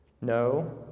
no